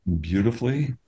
beautifully